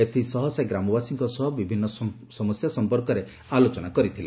ଏଥିସହ ଗ୍ରାମବାସୀଙ୍କ ସହ ବିଭିନ୍ ସମସ୍ୟା ଉପରେ ଆଲୋଚନା କରିଥିଲେ